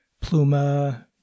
pluma